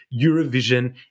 Eurovision